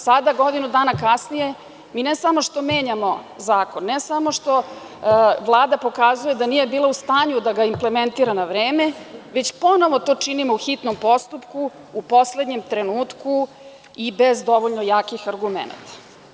Sada, godinu dana kasnije, mi ne samo što menjamo zakon, ne samo što Vlada pokazuje da nije bila u stanju da ga implementira na vreme, već ponovo to činimo u hitnom postupku, u poslednjem trenutku i bez dovoljno jakih argumenata.